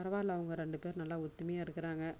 பரவால்ல அவங்க ரெண்டு பேரும் நல்லா ஒத்துமையாக இருக்குறாங்க